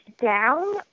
down